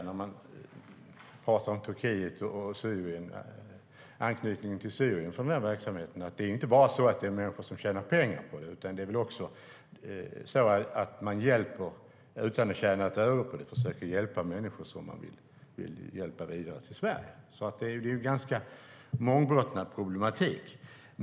När man pratar om Turkiet och anknytningen till Syrien för den här verksamheten ska det sägas att det inte bara är människor som tjänar pengar på det. Det finns också de som utan att tjäna ett öre på det försöker hjälpa människor vidare till Sverige. Det är alltså en ganska mångbottnad problematik.